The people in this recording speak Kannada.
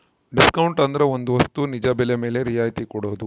ಡಿಸ್ಕೌಂಟ್ ಅಂದ್ರೆ ಒಂದ್ ವಸ್ತು ನಿಜ ಬೆಲೆ ಮೇಲೆ ರಿಯಾಯತಿ ಕೊಡೋದು